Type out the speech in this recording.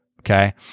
Okay